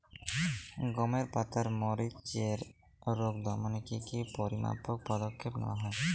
গমের পাতার মরিচের রোগ দমনে কি কি পরিমাপক পদক্ষেপ নেওয়া হয়?